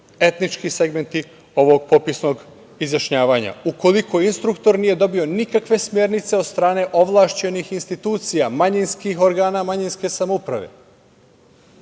etnički segmenti ovog popisnog izjašnjavanja, ukoliko instruktor nije dobio nikakve smernice od strane ovlašćenih institucija, manjinskih organa manjinske samouprave? Isti